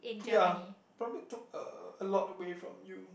ya probably took a lot away from you